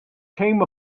came